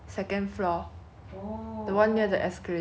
ya so they're offering buy five get five free